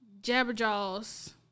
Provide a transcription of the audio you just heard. Jabberjaw's